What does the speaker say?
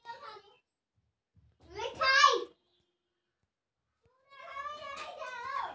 भारत में नागपुर के संतरे सबसे ज्यादा प्रसिद्ध हैं